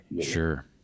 Sure